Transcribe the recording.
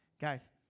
Guys